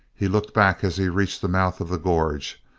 he looked back as he reached the mouth of the gorge,